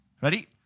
Ready